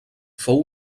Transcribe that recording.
fou